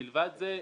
מלבד זה,